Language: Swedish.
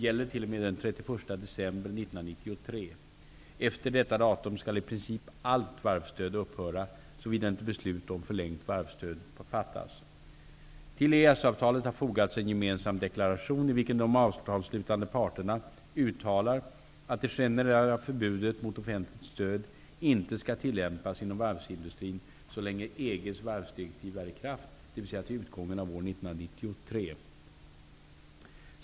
Efter detta datum skall i princip allt varvsstöd upphöra, såvida inte beslut om förlängt varvsstöd fattas. Till EES-avtalet har fogats en gemensam deklaration i vilken de avtalsslutande parterna uttalar att det generella förbudet mot offentligt stöd inte skall tillämpas inom varvsindustrin så länge EG:s varvsdirektiv är i kraft, dvs. till utgången av år 1993.